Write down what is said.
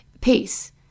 peace